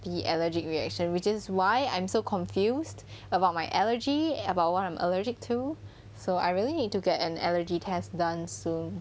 the allergic reaction which is why I'm so confused about my allergy about what I'm allergic to so I really need to get an allergy test done soon